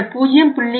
இந்த 0